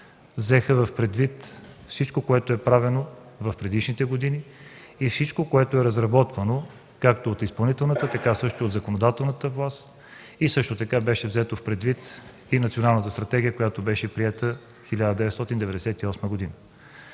взеха предвид всичко, което е правено в предишните години и всичко, което е разработвано както от изпълнителната, така също и от законодателната власт. Също така беше взета предвид и националната стратегия, която беше приета през 1998 г.